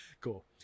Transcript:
Cool